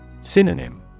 Synonym